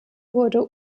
wurde